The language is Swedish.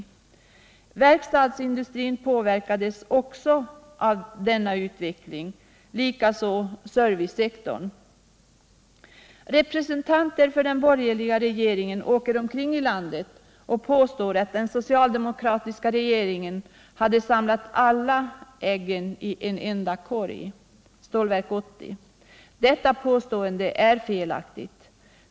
Även verkstadsindustrin påverkades av denna positiva utveckling och likaså servicesektorn. Representanter för den borgerliga regeringen åker omkring i landet och påstår, att den socialdemokratiska regeringen hade samlat ”alla äggen i en enda korg”, Stålverk 80. Detta påstående är felaktigt.